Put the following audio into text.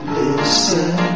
listen